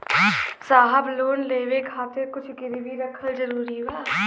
साहब लोन लेवे खातिर कुछ गिरवी रखल जरूरी बा?